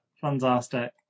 fantastic